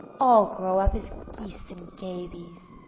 all grow up as geese and gabies,